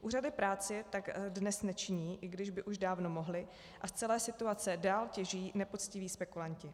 Úřady práce tak dnes nečiní, i když by už dávno mohly, a z celé situace dál těží nepoctiví spekulanti.